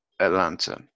Atlanta